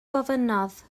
gofynnodd